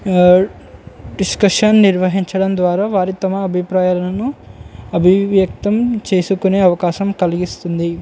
discussion నిర్వహించడం ద్వారా వారి తమ అభిప్రాయాలను అభివ్యక్తం చేసుకునే అవకాశం కలిగిస్తుంది